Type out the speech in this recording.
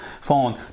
phone